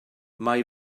mae